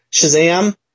Shazam